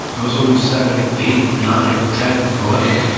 i was only seven, eight, nine, ten, eleven.